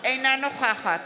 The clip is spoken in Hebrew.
אינה נוכחת